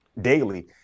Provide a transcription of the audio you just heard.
daily